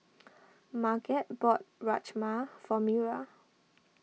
Marget bought Rajma for Mira